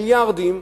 מיליארדים,